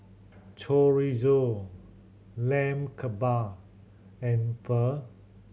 Chorizo Lamb Kebab and Pho